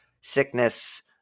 sickness